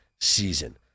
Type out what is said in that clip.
season